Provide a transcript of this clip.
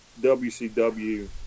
WCW